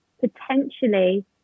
potentially